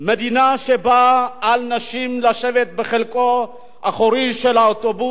מדינה שבה על נשים לשבת בחלקו האחורי של האוטובוס